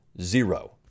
Zero